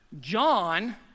John